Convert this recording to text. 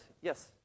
Yes